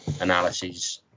analyses